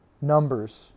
Numbers